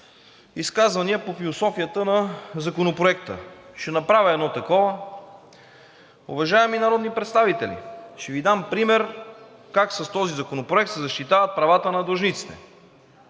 Изказванията по философията на Законопроекта – ще направя едно такова. Уважаеми народни представители, ще Ви дам пример как с този законопроект ще защитават правата на длъжниците.